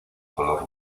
color